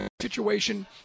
situation